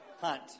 hunt